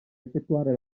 effettuare